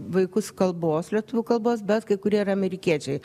vaikus kalbos lietuvių kalbos bet kai kurie ir amerikiečiai